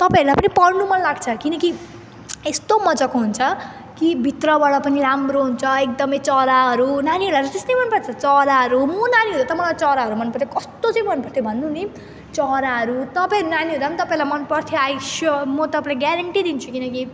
तपाईँहरूलाई पनि पढ्नु मन लाग्छ किनकि यस्तो मजाको हुन्छ कि भित्रबाट पनि राम्रो हुन्छ एकदमै चराहरू नानीहरूलाई त्यस्तै मनपर्छ चराहरू म नानी हो र त मलाई चराहरू मनपरेको कस्तो चाहिँ मनपर्थ्यो भन्नु नि चराहरू तपाईँहरू नानी हुँदा पनि तपाईँलाई मनपर्थ्यो आई स्योर म तपाईँलाई ग्यारेन्टी दिन्छु किनकि